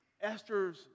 Esther's